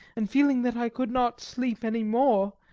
and feeling that i could not sleep any more,